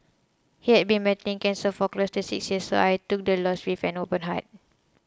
he had been battling cancer for close to six years so I took the loss with an open heart